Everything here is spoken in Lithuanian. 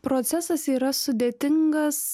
procesas yra sudėtingas